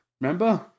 Remember